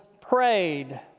prayed